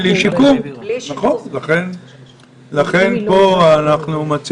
עם כל זה, אנחנו רואים שינוי.